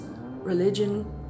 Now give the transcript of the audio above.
religion